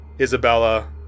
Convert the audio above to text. Isabella